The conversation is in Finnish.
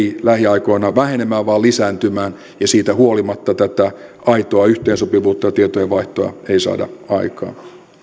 lähiaikoina ei vähenemään vaan lisääntymään ja siitä huolimatta tätä aitoa yhteensopivuutta ja tietojenvaihtoa ei saada aikaan